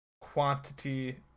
quantity